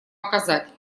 оказать